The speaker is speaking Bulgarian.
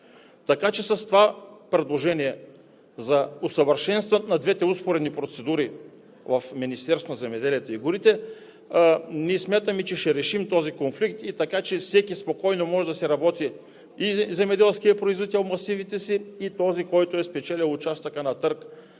С това предложение за усъвършенстване на двете успоредни процедури в Министерството на земеделието и горите ние смятаме, че ще решим този конфликт, така че всеки спокойно може да си работи – и земеделският производител масивите си, и този, който е спечелил участъка на търг